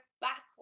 backwards